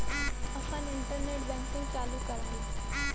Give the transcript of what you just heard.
आपन internet banking चालू कराला